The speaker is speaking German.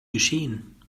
geschehen